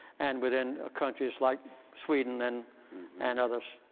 and within countries like sweden and and others.